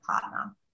partner